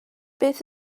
beth